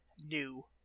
New